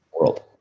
World